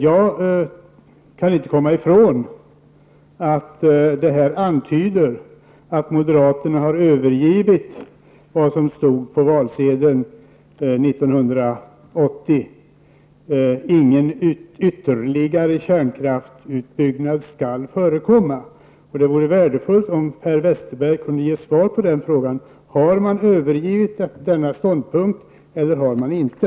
Jag kan inte komma ifrån att det här antyder att moderaterna har övergivit vad som stod på valsedeln 1980, nämligen att ''ingen ytterligare kärnkraftsutbyggnad skall förekomma.'' Det vore värdefullt om Per Westerberg kunde ge svar på den frågan. Har moderaterna övergivit denna ståndpunkt eller inte?